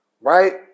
Right